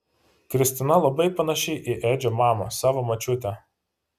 kristina labai panaši į edžio mamą savo močiutę